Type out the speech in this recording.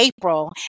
April